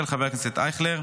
של חבר הכנסת אייכלר.